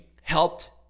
helped